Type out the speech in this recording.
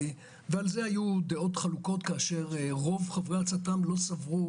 ועל זה היו דעות חלוקות כאשר רוב חברי הצט"ם לא סברו